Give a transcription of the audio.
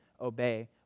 obey